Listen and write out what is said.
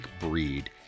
breed